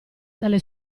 dalle